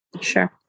Sure